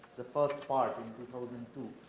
the first part in two